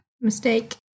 mistake